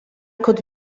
could